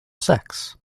sex